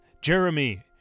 Jeremy